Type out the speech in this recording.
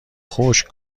خشک